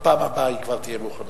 בפעם הבאה היא כבר תהיה מוכנה.